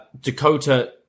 Dakota